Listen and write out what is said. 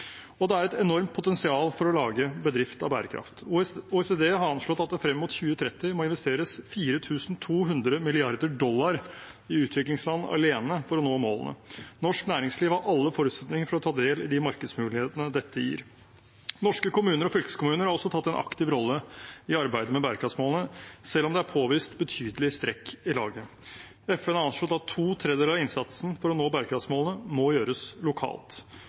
Det er et enormt potensial for å lage bedrift av bærekraft. OECD har anslått at det frem mot 2030 må investeres 4 200 mrd. dollar i utviklingsland alene for å nå målene. Norsk næringsliv har alle forutsetninger for å ta del i de markedsmulighetene dette gir. Norske kommuner og fylkeskommuner har også tatt en aktiv rolle i arbeidet med bærekraftsmålene, selv om det er påvist betydelig strekk i laget. FN har anslått at to tredeler av innsatsen for å nå bærekraftsmålene må gjøres lokalt.